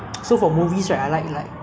and something that is very easy to watch